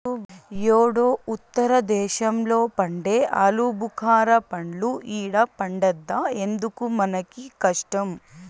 యేడో ఉత్తర దేశంలో పండే ఆలుబుకారా పండ్లు ఈడ పండద్దా ఎందుకు మనకీ కష్టం